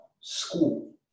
school